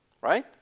Right